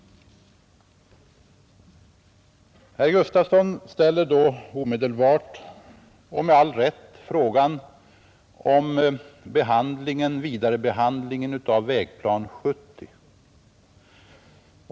Herr Gustafson ställer då omedelbart och med all rätt frågan om den vidare behandlingen av Vägplan 70.